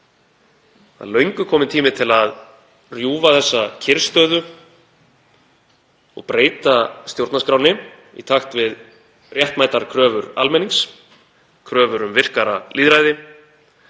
Það er löngu kominn tími til að rjúfa þessa kyrrstöðu og breyta stjórnarskránni í takt við réttmætar kröfur almennings, kröfur um virkara lýðræði,